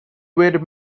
were